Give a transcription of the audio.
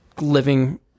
living